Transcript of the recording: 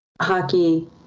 hockey